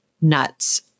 nuts